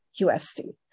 USD